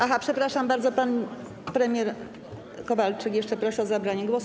Aha, przepraszam bardzo, pan premier Kowalczyk jeszcze prosi o zabranie głosu.